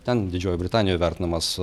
ten didžiojoj britanijoj vertinamas